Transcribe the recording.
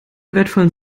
wertvollen